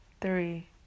three